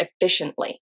efficiently